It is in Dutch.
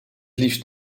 liefst